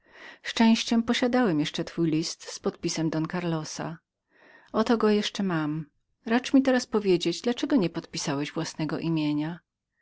szczęściem posiadałem jeszcze wasz list z podpisem don karlosa oto go jeszcze mam racz mi teraz powiedzieć dla czego nie podpisałeś własnego